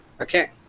Okay